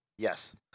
Yes